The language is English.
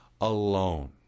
alone